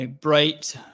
bright